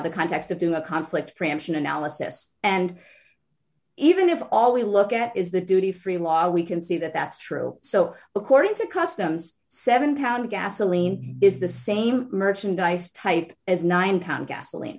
the context of do a conflict preemption analysis and even if all we look at is the duty free law we can see that that's true so according to customs seven pound gasoline is the same merchandise type as nine pound gasoline